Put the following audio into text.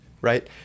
right